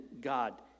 God